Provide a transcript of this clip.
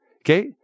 Okay